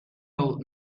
old